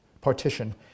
partition